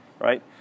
right